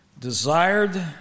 desired